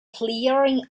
clearing